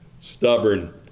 stubborn